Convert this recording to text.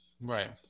Right